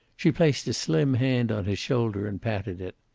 she placed a slim hand on his shoulder and patted it.